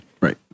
Right